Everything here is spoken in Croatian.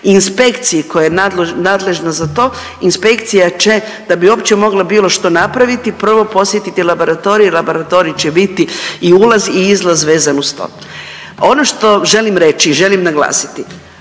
inspekciji koja je nadležna za to, inspekcija će da bi uopće što napraviti prvo posjetiti laboratorij, laboratorij će biti i ulaz i izlaz vezan uz to. Ono što želim reći i želim naglasiti,